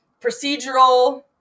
procedural